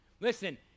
Listen